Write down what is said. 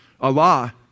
Allah